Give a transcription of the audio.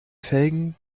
felgen